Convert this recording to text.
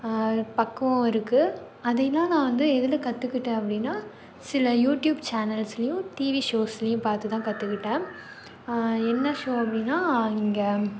பக்குவம் இருக்குது அதைலாம் நான் வந்து எதில் கற்றுக்கிட்டேன் அப்படின்னா சில யூடியூப் சேனல்ஸ்லேயும் டிவி ஷோஸ்லேயும் பார்த்து தான் கற்றுக்கிட்டேன் என்ன ஷோ அப்படின்னா இங்கே